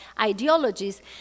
ideologies